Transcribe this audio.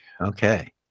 okay